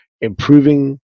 improving